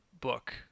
book